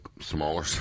smaller